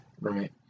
Right